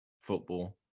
football